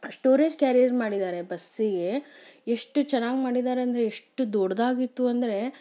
storage carrier ಮಾಡಿದ್ದಾರೆ ಬಸ್ಸಿಗೆ ಎಷ್ಟು ಚೆನ್ನಾಗಿ ಮಾಡಿದ್ದಾರೆಂದ್ರೆ ಎಷ್ಟು ದೊಡ್ಡದಾಗಿತ್ತು ಅಂದರೆ